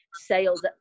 sales